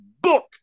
book